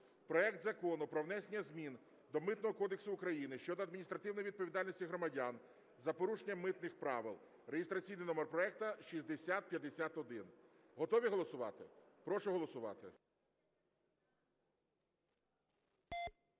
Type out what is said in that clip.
проект Закону про внесення змін до Митного кодексу України щодо адміністративної відповідальності громадян за порушення митних правил (реєстраційний номер проекту 6051). Готові голосувати? Прошу голосувати.